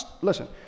Listen